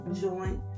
joint